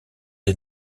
des